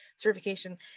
Certification